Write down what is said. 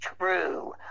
true